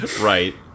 right